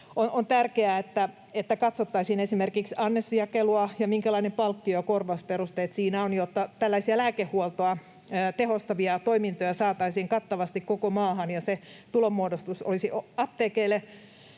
on tärkeää, että katsottaisiin esimerkiksi annosjakelua ja sitä, minkälaiset palkkio- ja korvausperusteet siinä on, jotta tällaisia lääkehuoltoa tehostavia toimintoja saataisiin kattavasti koko maahan ja se tulonmuodostus olisi apteekeille